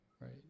right